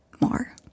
more